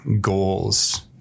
goals